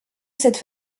cette